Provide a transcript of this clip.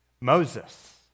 Moses